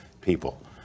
people